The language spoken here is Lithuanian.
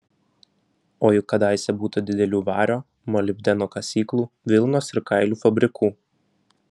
o juk kadaise būta didelių vario molibdeno kasyklų vilnos ir kailių fabrikų